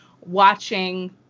watching